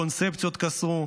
קונספציות קרסו,